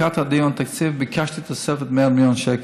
לקראת הדיון בתקציב ביקשתי תוספת של 100 מיליון שקל.